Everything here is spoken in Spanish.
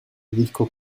disco